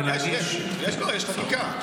יש חקיקה.